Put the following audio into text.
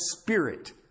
spirit